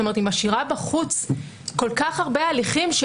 היא משאירה בחוץ כל כך הרבה הליכים,